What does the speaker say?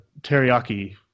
teriyaki